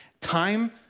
time